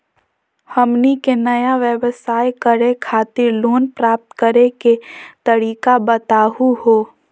हमनी के नया व्यवसाय करै खातिर लोन प्राप्त करै के तरीका बताहु हो?